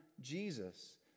Jesus